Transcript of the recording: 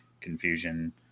confusion